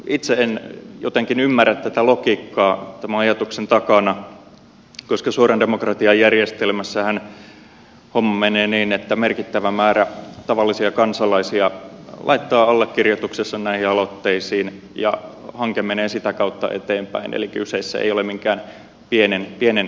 itse en jotenkin ymmärrä tätä logiikkaa tämän ajatuksen takana koska suoran demokratian järjestelmässähän homma menee niin että merkittävä määrä tavallisia kansalaisia laittaa allekirjoituksensa näihin aloitteisiin ja hanke menee sitä kautta eteenpäin eli kyseessä ei ole minkään pienen eliitin projekti